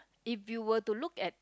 if you were to look at